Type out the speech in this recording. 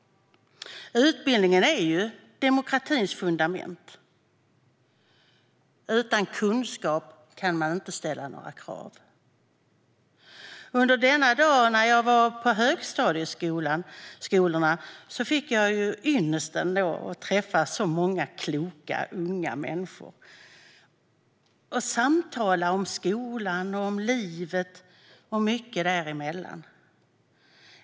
Utbildning är demokratins fundament. Utan kunskap kan man inte ställa några krav. Under den dag jag var på högstadieskolorna hade jag ynnesten att träffa så många kloka unga människor och samtala om skolan, livet och mycket däremellan.